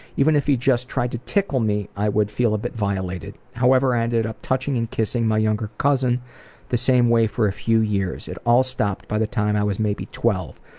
even if he just tried to tickle me, i would feel a bit violated. however, i ended up touching and kissing my younger cousin the same way for a few years. it all stopped by the time i was maybe twelve.